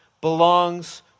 belongs